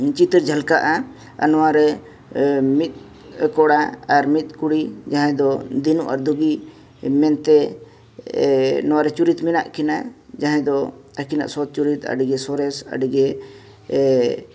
ᱪᱤᱛᱟᱹᱨ ᱡᱷᱟᱞᱠᱟᱜᱼᱟ ᱟᱨ ᱱᱚᱣᱟᱨᱮ ᱢᱤᱫ ᱠᱚᱲᱟ ᱟᱨ ᱢᱤᱫ ᱠᱩᱲᱤ ᱡᱟᱦᱟᱸᱭ ᱫᱚ ᱫᱤᱱᱩ ᱟᱨ ᱫᱩᱜᱤ ᱢᱮᱱᱛᱮ ᱱᱚᱣᱟᱨᱮ ᱪᱩᱨᱤᱛ ᱢᱮᱱᱟᱜ ᱠᱤᱱᱟᱹ ᱡᱟᱦᱟᱸᱭ ᱫᱚ ᱟᱹᱠᱤᱱᱟᱜ ᱥᱚᱛ ᱪᱩᱨᱤᱛ ᱟᱹᱰᱤᱜᱮ ᱥᱚᱨᱮᱥ ᱟᱹᱰᱤᱜᱮ